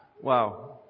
Wow